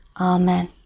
Amen